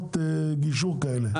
בקרנות גישור כאלה,